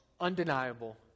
Undeniable